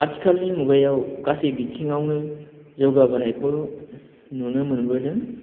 आथिखालनि मुगायाव गासै बिथिङावनो जौगाबोनायखौ नुनो मोनबोदों